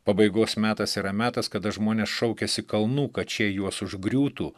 pabaigos metas yra metas kada žmonės šaukiasi kalnų kad šie juos užgriūtų